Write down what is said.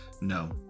No